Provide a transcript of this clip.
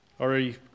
Already